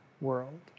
world